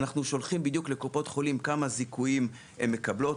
ואנחנו שולחים לקופות החולים כמה זיכויים הן מקבלות,